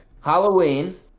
Halloween